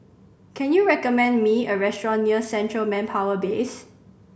can you recommend me a restaurant near Central Manpower Base